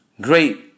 great